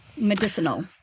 Medicinal